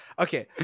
Okay